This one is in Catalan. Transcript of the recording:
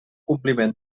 compliment